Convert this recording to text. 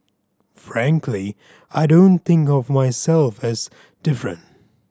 frankly I don't think of myself as different